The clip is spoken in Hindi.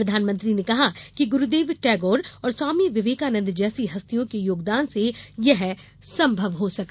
प्रधानमंत्री ने कहा कि गुरूदेव टेगौर और स्वामी विवेकानंद जैसी हस्तियों के योगदान से यह संभव हो सका